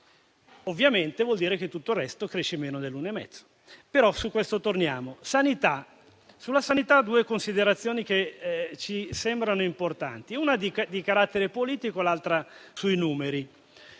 ovviamente ciò vuol dire che tutto il resto crescerà meno. Però su questo torniamo. Sulla sanità faccio due considerazioni che ci sembrano importanti, una di carattere politico e l'altra sui numeri.